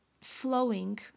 flowing